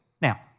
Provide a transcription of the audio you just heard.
Now